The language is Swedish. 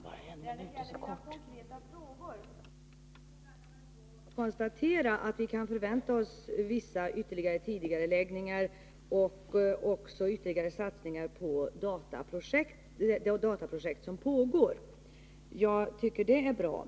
Herr talman! När det gäller svar på mina konkreta frågor kan jag konstatera att vi alltså kan förvänta oss vissa ytterligare tidigareläggningar och också ytterligare satsningar på de dataprojekt som pågår. Det tycker jag är bra.